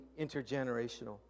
intergenerational